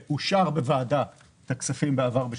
שאושר בוועדת הכספים בעבר,